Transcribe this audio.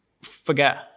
forget